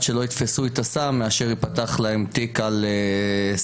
שלא יתפסו את הסם מאשר ייפתח להם תיק על סם.